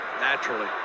naturally